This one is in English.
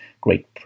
great